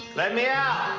let me out!